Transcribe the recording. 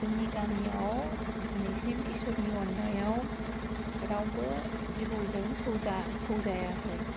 जोंनि गामियाव दिनैसिम इसोरनि अननायाव रावबो जिबौजों सौजा सौजायाखै